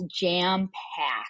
jam-packed